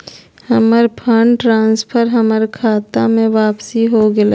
हमर fund transfer हमर खता में वापसी हो गेलय